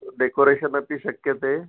decoration अपि शक्यते